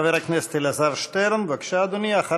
חבר הכנסת אלעזר שטרן, בבקשה, אדוני.